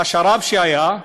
השרב שהיה,